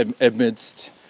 amidst